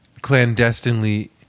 clandestinely